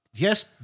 Yes